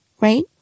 right